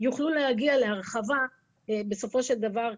יוכלו להגיע להרחבה בסופו של דבר,